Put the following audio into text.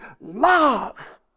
love